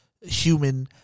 human